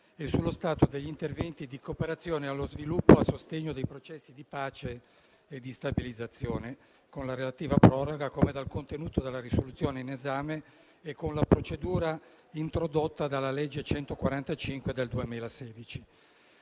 e dello stato degli interventi di cooperazione allo sviluppo a sostegno dei processi di pace e stabilizzazione, con la relativa proroga, come dal contenuto della risoluzione in esame e con la procedura introdotta dalla legge n. 145 del 2016.